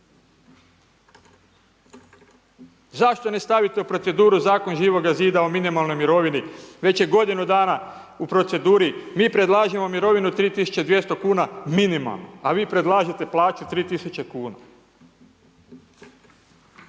Zašto ne stavite u proceduru zakon Živoga zida o minimalnoj mirovini? Već je godinu dana u proceduri. Mi predlažemo mirovinu 3 tisuće 200 kuna minimalno, a vi predlažete plaću 3 tisuća